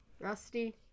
Rusty